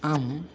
आम्